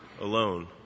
alone